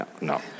no